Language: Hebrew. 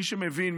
מי שמבין,